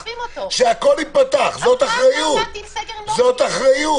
זאת אחריות.